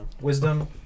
wisdom